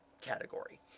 category